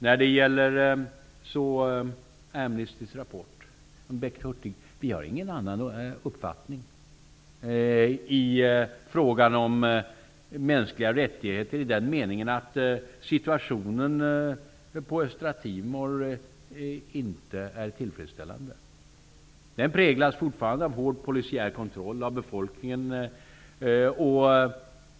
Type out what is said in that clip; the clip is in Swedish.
När det gäller Amnestys rapport har vi ingen annan uppfattning än Bengt Hurtig när det gäller mänskliga rättigheter, i den meningen att situationen på Östra Timor inte är tillfredsställande. Den präglas fortfarande av hård polisiär kontroll av befolkningen.